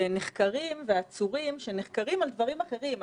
של נחקרים ועצורים שנחקרים על דברים אחרים,